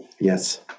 Yes